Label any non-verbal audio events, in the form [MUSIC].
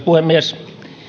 [UNINTELLIGIBLE] puhemies